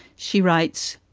she writes,